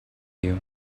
you